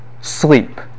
Sleep